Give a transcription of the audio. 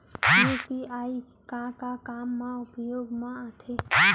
UPI का का काम मा उपयोग मा आथे?